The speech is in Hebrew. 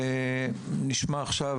נשמע עכשיו,